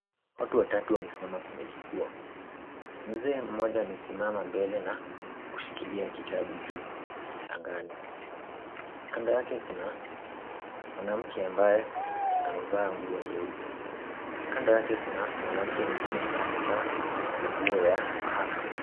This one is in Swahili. Watu watatu wamesimama kwenye jukwaa. Mzee mmoja amesimama mbele na kushikilia kitabu juu angani. Kando yake kuna mwanamke ambaye amevaa nguo nyeupe. Kando yake kunamwanamke mwingine ambaye amevaa manguo ya mahakama.